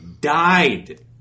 died